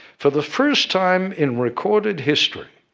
for the first time in recorded history,